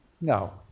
no